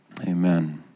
Amen